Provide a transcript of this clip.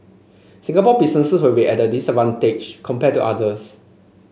Singapore businesses will be ad disadvantage compared to others